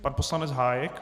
Pan poslanec Hájek.